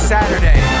Saturday